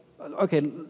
okay